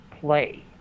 play